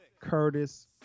Curtis